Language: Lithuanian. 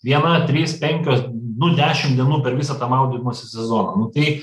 vienas trys penkios du dešim dienų per visą tą maudymosi sezoną nu tai